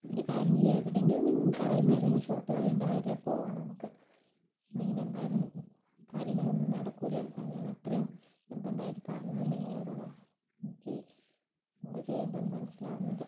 ഒരു കാര്യം ചെയ്യാം എവിടെയെങ്കിലും നിങ്ങൾക്കറിയുന്ന ഏതെങ്കിലും ഷോർട്ട് വഴി ഉണ്ടോ അതിലേ പോവാം നമുക്ക് ഇല്ലെങ്കിലെന്തായാലും കാര്യങ്ങളൊന്നും നടക്കില്ല ഏട്ടാ ഞാനത്രയും നിർബന്ധമായിട്ട് പറഞ്ഞത് നിങ്ങളോട് അതാണ് എനിക്ക് എന്താ ചെയ്യേണ്ടത് എന്ന് മനസ്സിലാവുന്നില്ല